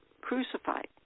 crucified